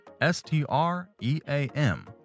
S-T-R-E-A-M